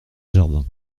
jardin